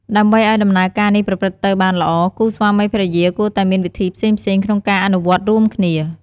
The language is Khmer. ដើម្បីឲ្យដំណើរការនេះប្រព្រឹត្តទៅបានល្អ គូស្វាមីភរិយាគួរតែមានវីធីផ្សេងៗក្នុងការអនុវត្តរួមគ្នា។